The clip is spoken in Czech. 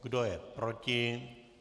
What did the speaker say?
Kdo je proti?